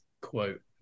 quote